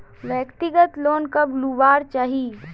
व्यक्तिगत लोन कब लुबार चही?